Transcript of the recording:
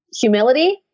humility